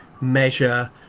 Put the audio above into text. measure